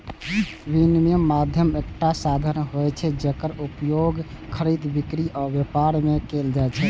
विनिमय माध्यम एकटा साधन होइ छै, जेकर उपयोग खरीद, बिक्री आ व्यापार मे कैल जाइ छै